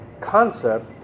concept